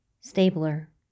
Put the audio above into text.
Stabler